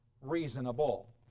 reasonable